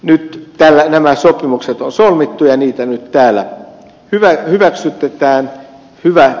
nyt nämä sopimukset on solmittu ja niitä nyt täällä hyväksytetään